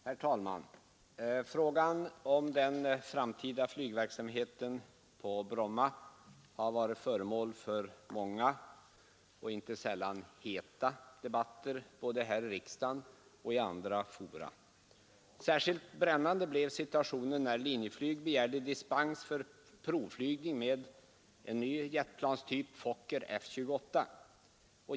Herr talman! Frågan om den framtida flygverksamheten på Bromma har varit föremål för många och inte sällan heta debatter både här i riksdagen och i andra fora. Särskilt brännande blev situationen när Linjeflyg begärde dispens för provflygning med en ny jetplanstyp, Fokker F 28.